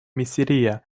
миссерия